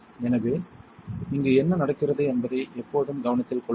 எனவே இங்கு என்ன நடக்கிறது என்பதை எப்போதும் கவனத்தில் கொள்ளுங்கள்